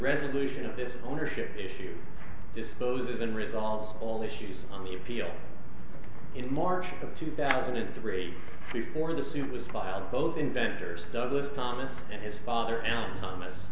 resolution of this ownership issue disposed of unresolved all issues of appeal in march of two thousand and three before the suit was filed both inventors douglas thomas and his father and thomas